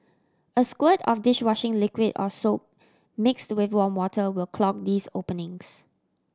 a squirt of dish washing liquid or soap mixed with warm water will clog these openings